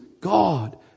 God